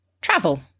travel